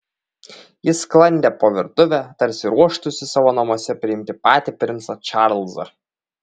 ji sklandė po virtuvę tarsi ruoštųsi savo namuose priimti patį princą čarlzą